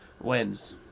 wins